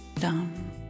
dumb